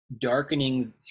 darkening